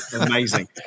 Amazing